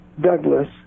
Douglas